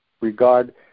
regard